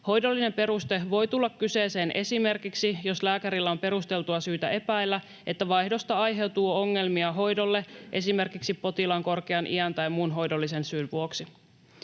Hoidollinen peruste voi tulla kyseeseen esimerkiksi silloin, jos lääkärillä on perusteltua syytä epäillä, että vaihdosta aiheutuu ongelmia hoidolle esimerkiksi potilaan korkean iän tai muun hoidollisen syyn vuoksi.